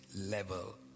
level